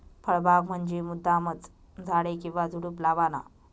फळबाग म्हंजी मुद्दामचं झाडे किंवा झुडुप लावाना